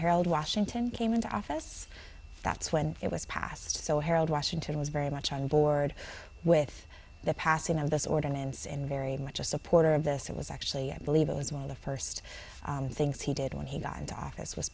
harold washington came into office that's when it was passed so harold washington was very much on board with the passing of this ordinance and very much a supporter of this it was actually i believe it was one of the first things he did when he got into office was